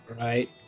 Right